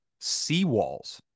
seawalls